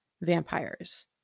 vampires